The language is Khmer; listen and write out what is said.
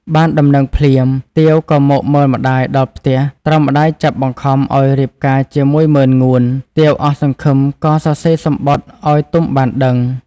បានដំណឹងភ្លាម ទាវក៏មកមើលម្តាយដល់ផ្ទះ ត្រូវម្តាយចាប់បង្ខំឲ្យរៀបការជាមួយម៉ឺនងួន។ ទាវអស់សង្ឃឹមក៏សរសេរសំបុត្រឲ្យទុំបានដឹង។